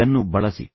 ಅದನ್ನು ಬಳಸಿ